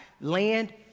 land